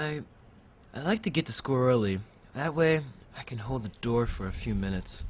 i like to get a score early that way i can hold the door for a few minutes